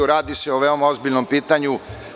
Radi se o veoma ozbiljnom pitanju.